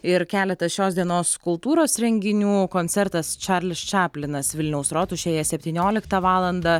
ir keletas šios dienos kultūros renginių koncertas čarlis čaplinas vilniaus rotušėje septynioliktą valandą